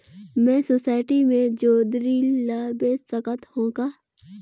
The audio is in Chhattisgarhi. मैं सोसायटी मे जोंदरी ला बेच सकत हो का?